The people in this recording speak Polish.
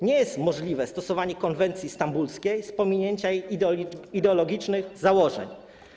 Nie jest możliwe stosowanie konwencji stambulskiej z pominięciem ideologicznych założeń.